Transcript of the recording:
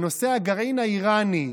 בנושא הגרעין האיראני,